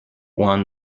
one